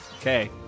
Okay